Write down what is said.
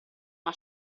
una